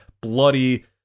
bloody